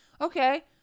okay